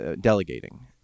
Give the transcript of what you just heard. delegating